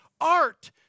Art